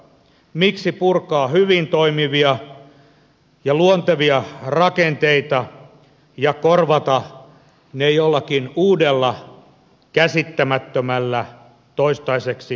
miksi purkaa hyvin toimivia ja luontevia rakenteita ja korvata ne jollakin uudella käsittämättömällä toistaiseksi tuntemattomammalla